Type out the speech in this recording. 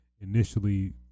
initially